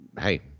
hey